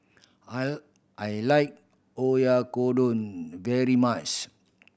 I I like Oyakodon very much